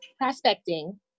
Prospecting